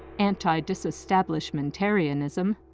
antidisestablishmentarianism,